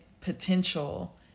potential